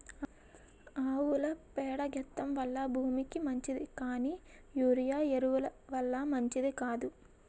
ఆవుల పేడ గెత్తెం వల్ల భూమికి మంచిది కానీ యూరియా ఎరువు ల వల్ల మంచిది కాదు